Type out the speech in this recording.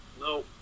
no